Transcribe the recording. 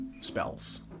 spells